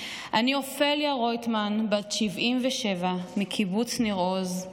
אני אופליה רויטמן בת 77 מקיבוץ ניר עוז,